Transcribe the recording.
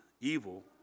evil